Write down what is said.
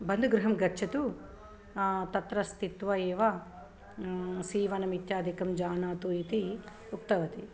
बन्धुगृहं गच्छतु तत्र स्थित्वा एव सीवनम् इत्यादिकं जानातु इति उक्तवति